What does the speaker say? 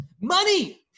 Money